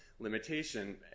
Limitation